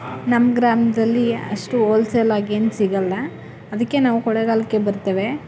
ನಮ್ಮ ಗ್ರಾಮದಲ್ಲಿ ಅಷ್ಟು ಓಲ್ಸೇಲಾಗಿ ಏನು ಸಿಗೋಲ್ಲ ಅದಕ್ಕೆ ನಾವು ಕೊಳ್ಳೆಗಾಲಕ್ಕೆ ಬರ್ತೇವೆ